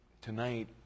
tonight